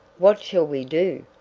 what shall we do?